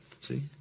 See